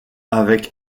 avec